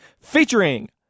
featuring